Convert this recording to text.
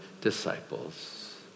disciples